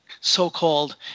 so-called